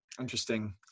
Interesting